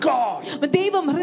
God